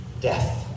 death